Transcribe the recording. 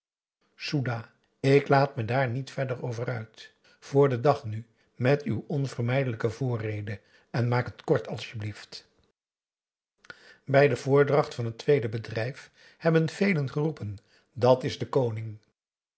soedah ik laat me daar niet verder over uit voor den dag nu met uw onvermijdelijke voorrede en maak het kort asjeblieft bij de voordracht van het tweede bedrijf hebben velen geroepen dat is de koning